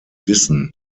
wissen